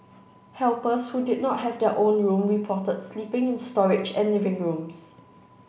helpers who did not have their own room reported sleeping in storage and living rooms